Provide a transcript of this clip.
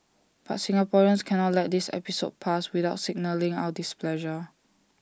but Singaporeans cannot let this episode pass without signalling our displeasure